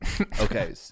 Okay